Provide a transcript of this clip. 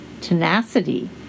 tenacity